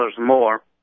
more